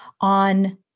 on